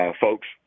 folks